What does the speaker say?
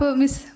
miss